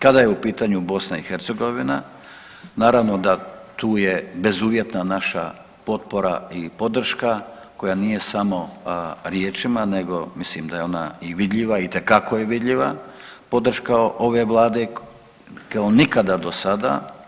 Kada je u pitanju BiH naravno da tu je bezuvjetna naša potpora i podrška koja nije samo riječima nego mislim da je ona i vidljiva itekako je vidljiva podrška ove vlade kao nikada do sada.